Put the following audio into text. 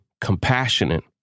compassionate